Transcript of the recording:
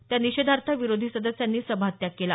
त्या निषेधार्थ विरोधी सदस्यांनी सभात्याग केला